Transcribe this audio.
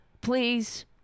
please